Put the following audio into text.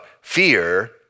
fear